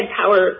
power